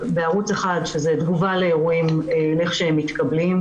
בערוץ אחד תגובה לאירועים כשהם מתקבלים,